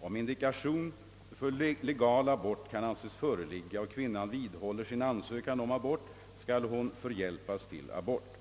Om indikation för legal abort kan anses föreligga och kvinnan vidhåller sin ansökan om abort, skall hon förhjälpas till abort.